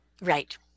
Right